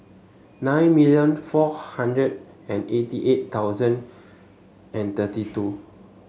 nine million four hundred and eighty eight thousand and thirty two